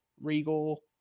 Regal